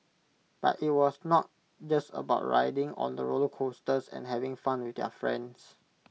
but IT was not just about riding on the roller coasters and having fun with their friends